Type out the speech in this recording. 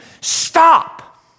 stop